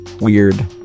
weird